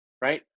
right